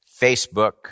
Facebook